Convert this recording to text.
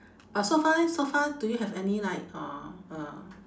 but so far leh so far do you have any like uh uh